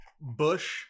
Bush